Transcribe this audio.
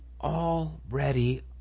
already